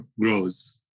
grows